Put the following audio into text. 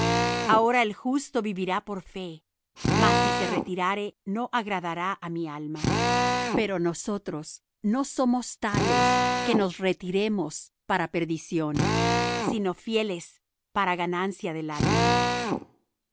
ahora el justo vivirá por fe mas si se retirare no agradará á mi alma pero nosotros no somos tales que nos retiremos para perdición sino fieles para ganancia del alma